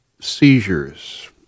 seizures